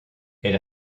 elle